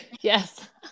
Yes